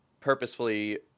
purposefully